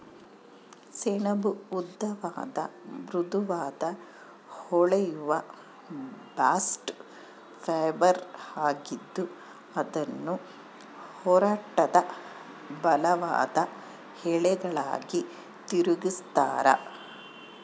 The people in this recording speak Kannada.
ಸೆಣಬು ಉದ್ದವಾದ ಮೃದುವಾದ ಹೊಳೆಯುವ ಬಾಸ್ಟ್ ಫೈಬರ್ ಆಗಿದ್ದು ಅದನ್ನು ಒರಟಾದ ಬಲವಾದ ಎಳೆಗಳಾಗಿ ತಿರುಗಿಸ್ತರ